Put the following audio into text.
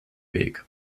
weg